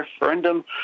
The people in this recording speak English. referendum